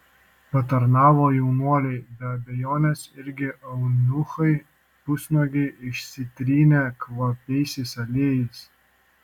patarnavo jaunuoliai be abejonės irgi eunuchai pusnuogiai išsitrynę kvapiaisiais aliejais